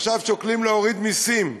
עכשיו שוקלים להוריד מסים.